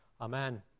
Amen